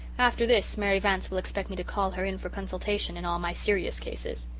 after this, mary vance will expect me to call her in for consultation in all my serious cases